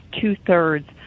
two-thirds